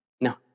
No